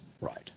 Right